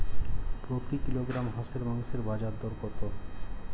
প্রতি কিলোগ্রাম হাঁসের মাংসের বাজার দর কত?